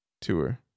tour